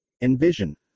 Envision